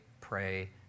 pray